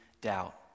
doubt